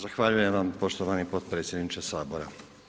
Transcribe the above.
Zahvaljujem vam poštovani potpredsjedniče Sabora.